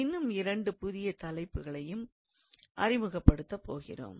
இன்னும் இரண்டு புதிய தலைப்புகளை அறிமுகப்படுத்தப் போகிறோம்